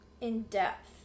in-depth